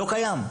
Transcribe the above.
לא קיים.